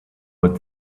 what